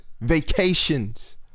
vacations